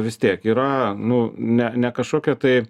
vis tiek yra nu ne ne kažkokie tai